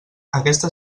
aquesta